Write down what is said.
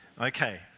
Okay